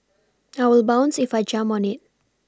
I will bounce if I jump on it